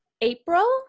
April